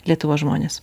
lietuvos žmones